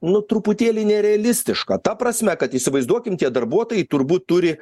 nu truputėlį nerealistiška ta prasme kad įsivaizduokim tie darbuotojai turbūt turi